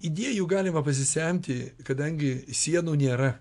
idėjų galima pasisemti kadangi sienų nėra